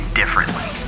differently